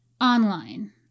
Online